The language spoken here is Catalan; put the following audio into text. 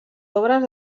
obres